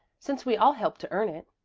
since we all help to earn it.